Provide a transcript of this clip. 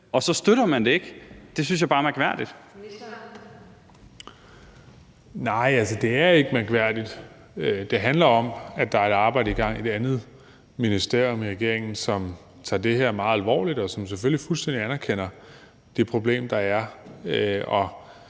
og integrationsministeren (Kaare Dybvad Bek): Nej, det er ikke mærkværdigt. Det handler om, at der er et arbejde i gang i et andet ministerium under regeringen, som tager det her meget alvorligt, og som selvfølgelig fuldstændig anerkender det problem, der er.